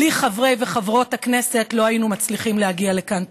בלי חברי וחברות הכנסת לא היינו מצליחים להגיע לכאן.